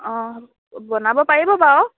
অঁ বনাব পাৰিব বাৰু